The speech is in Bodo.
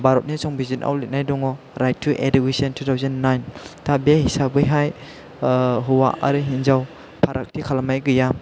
भारतनि संबिजिराव लिरनाय दङ right to education two thousand nine दा बे हिसाबै हाय हौवा आरो हिन्जाव फारागथि खालामनाय गैया